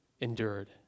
endured